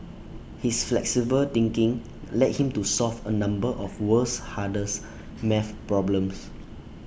his flexible thinking led him to solve A number of world's hardest math problems